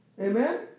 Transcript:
Amen